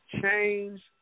change